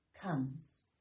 comes